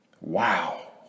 Wow